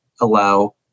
allow